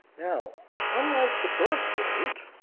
now unlike the birthrate